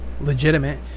legitimate